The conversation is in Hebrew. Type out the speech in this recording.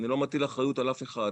אני לא מטיל אחריות על אף אחד.